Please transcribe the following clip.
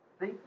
see